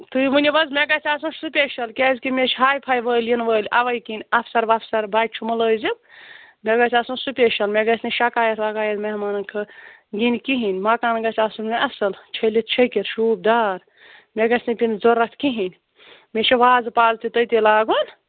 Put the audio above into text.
تُہۍ ؤنِو حظ مےٚ گژھِ آسُن سُپیشَل کیٛازِکہِ مےٚ چھِ ہاے فاے وٲلۍ یِنہٕ وٲلۍ اَوَے کِنۍ اَفسَر وفسر بَچہِ چھُ مُلٲزِم مےٚ گژھِ آسُن سُپیشَل مےٚ گژھِ نہٕ شکایت وَکایَت مہمانَن ینۍ کِہیٖنۍ مَکان گژھِ آسُن مےٚ اَصٕل چھٔلِتھ چھٔکِتھ شوٗب دار مےٚ گژھِ نہٕ پیٚنۍ ضرورَت کِہیٖنۍ مےٚ چھُ وازٕ پاز تہِ تٔتی لاگُن